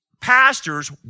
pastors